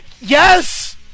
Yes